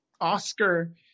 Oscar